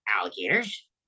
alligators